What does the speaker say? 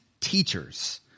teachers